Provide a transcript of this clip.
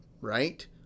right